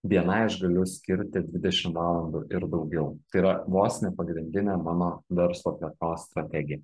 bni aš galiu skirti dvidešim valandų ir daugiau tai yra vos ne pagrindinė mano verslo plėtros strategija